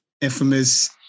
infamous